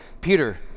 Peter